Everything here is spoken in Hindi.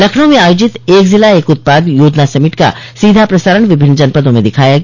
लखनऊ में आयोजित एक जिला एक उत्पाद योजना समिट का सीधा प्रसारण विभिन्न जनपदों में दिखाया गया